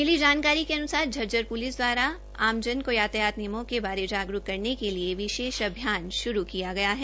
मिली जानकारी के अनुसार झज्जर पुलिस द्वारा आमजन को यातायात नियमों बारे जागरूक करने के लिए विशेष अभियान शुरू किया गया है